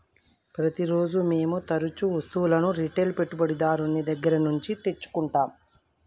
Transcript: ప్రతిరోజూ మేము తరుచూ వస్తువులను రిటైల్ పెట్టుబడిదారుని దగ్గర నుండి తెచ్చుకుంటం